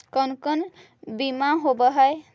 कोन कोन बिमा होवय है?